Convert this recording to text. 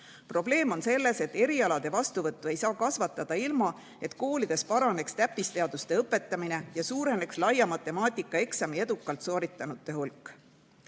Probleem on selles, et [nende] erialade vastuvõttu ei saa kasvatada, ilma et koolides paraneks täppisteaduste õpetamine ja suureneks laia matemaatikaeksami edukalt sooritanute hulk.